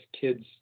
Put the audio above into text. kids